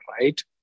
right